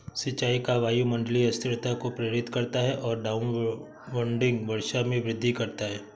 सिंचाई का वायुमंडलीय अस्थिरता को प्रेरित करता है और डाउनविंड वर्षा में वृद्धि करता है